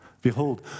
Behold